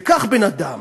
וקח בן-אדם